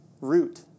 root